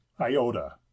IOTA